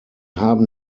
haben